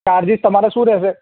charges તમારો શું રહેશે